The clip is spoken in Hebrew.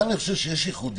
כאן אני חושב שיש ייחודיות